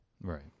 right